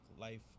life